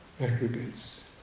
aggregates